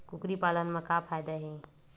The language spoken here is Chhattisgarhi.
कुकरी पालन म का फ़ायदा हे?